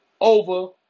over